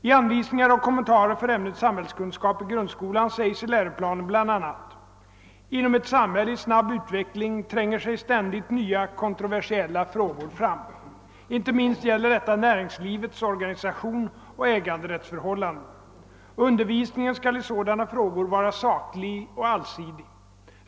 I anvisningar och kommentarer för ämnet samhällskunskap i grundskolan sägs i läroplanen bl.a.: »Inom ett samhälle i snabb utveckling tränger sig ständigt nya kontroversiella frågor fram. Inte minst gäller detta näringslivets organisation och äganderättsförhållanden. Undervisningen skall i sådana frågor vara saklig och allsidig.